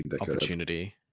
opportunity